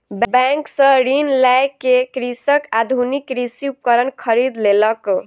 bank सॅ ऋण लय के कृषक आधुनिक कृषि उपकरण खरीद लेलक